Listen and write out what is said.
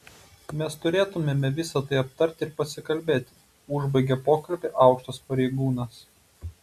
mes turėtumėme visa tai aptarti ir pasikalbėti užbaigė pokalbį aukštas pareigūnas